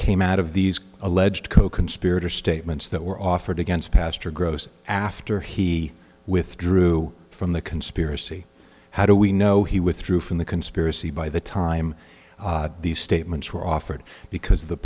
came out of these alleged coconspirator statements that were offered against pastor gross after he withdrew from the conspiracy how do we know he withdrew from the conspiracy by the time these statements were offered because